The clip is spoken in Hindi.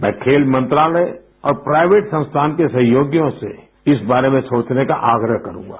मैं खेल मंत्रालय और प्राइवेट संस्थान के सहयोगियों से इस बारे में सोचने का आग्रह करूंगा